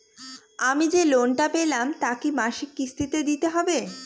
আমি যে লোন টা পেলাম তা কি মাসিক কিস্তি তে দিতে হবে?